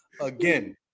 again